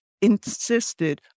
insisted